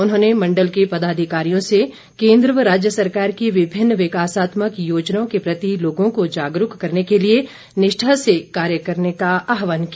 उन्होंने मंडल के पदाधिकारियों से केन्द्र व राज्य सरकार की विभिन्न विकासात्मक योजनाओं के प्रति लोगों को जागरूक करने के लिए निष्ठा से कार्य करने का आहवान किया